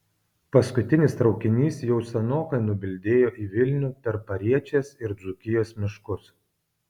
paskutinis traukinys jau senokai nubildėjo į vilnių per pariečės ir dzūkijos miškus